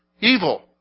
Evil